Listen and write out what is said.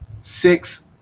six